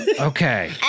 Okay